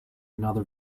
another